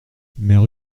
mère